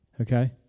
okay